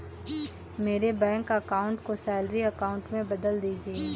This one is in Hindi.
मेरे बैंक अकाउंट को सैलरी अकाउंट में बदल दीजिए